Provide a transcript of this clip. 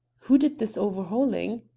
who did this overhauling?